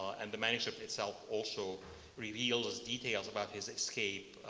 and the manuscript itself also reveals details about his escape,